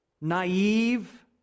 naive